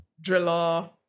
driller